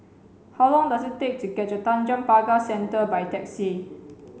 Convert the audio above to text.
how long does it take to get to Tanjong Pagar Centre by taxi